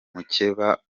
mukeba